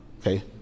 Okay